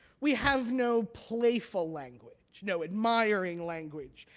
we have no playful language, no admiring language,